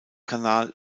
kanal